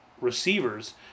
receivers